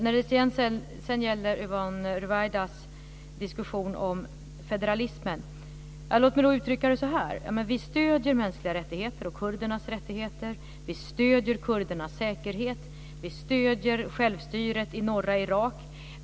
När det sedan gäller Yvonne Ruwaidas diskussion om federalismen vill jag uttrycka det så här. Vi stöder mänskliga rättigheter och kurdernas rättigheter. Vi stöder kurdernas säkerhet. Vi stöder självstyret i norra Irak.